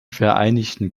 vereinigten